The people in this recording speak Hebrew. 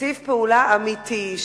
תקציב פעולה אמיתי.